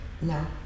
No